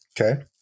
Okay